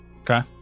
okay